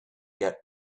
get